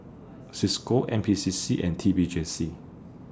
CISCO N P C C and T P J C